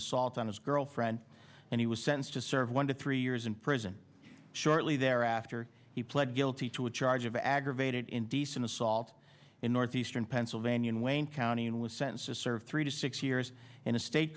assault on his girlfriend and he was sentenced to serve one to three years in prison shortly thereafter he pled guilty to a charge of aggravated indecent assault in northeastern pennsylvania in wayne county and was sent to serve three to six years in a state